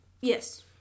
Yes